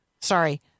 sorry